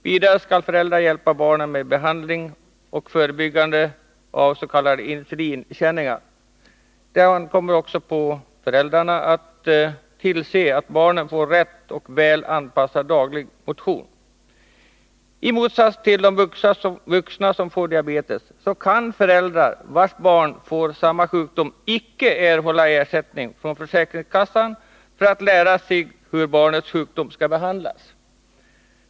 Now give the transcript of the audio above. Vidare skall föräldrar hjälpa barnen med behandling och förebyggande av s.k. insulinkänningar. Det ankommer också på föräldrarna att tillse att barnen får riktig och väl anpassad daglig motion. I motsats till de vuxna som får diabetes kan de föräldrar vilkas barn får samma sjukdom icke erhålla ersättning från försäkringskassan för att lära sig hur barnets sjukdom skall behandlas.